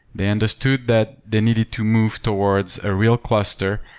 they understood that they needed to move towards a real cluster.